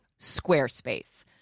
Squarespace